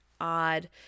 odd